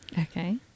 okay